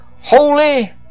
holy